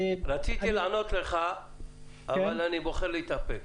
רציתי לענות לך אבל אני בוחר להתאפק.